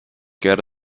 get